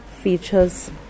features